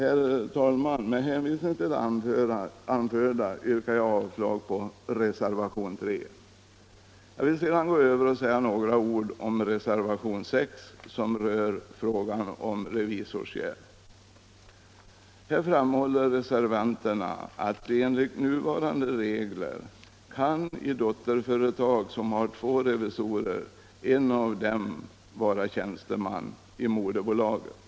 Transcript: Jag vill sedan övergå till att säga några ord om reservationen 6 som rör frågan om revisorsjäv. Där framhåller reservanterna att enligt nuvarande regler kan i dotterföretag som har två revisorer en av dem vara tjänsteman i moderbolaget.